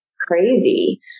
crazy